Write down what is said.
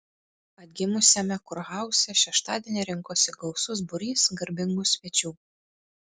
atgimusiame kurhauze šeštadienį rinkosi gausus būrys garbingų svečių